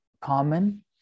Common